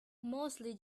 mostly